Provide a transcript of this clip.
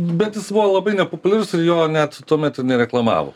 bet jis buvo labai nepopuliarus ir jo net tuomet ir nereklamavo